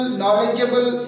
knowledgeable